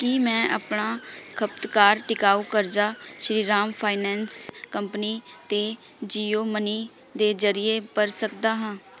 ਕੀ ਮੈਂ ਆਪਣਾ ਖ਼ਪਤਕਾਰ ਟਿਕਾਊ ਕਰਜ਼ਾ ਸ਼੍ਰੀਰਾਮ ਫਾਇਨੈਂਸ ਕੰਪਨੀ 'ਤੇ ਜੀਓ ਮਨੀ ਦੇ ਜ਼ਰੀਏ ਭਰ ਸਕਦਾ ਹਾਂ